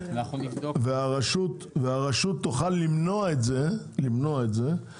רשות המים תוכל למנוע את זה אם